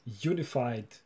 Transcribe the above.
unified